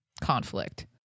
conflict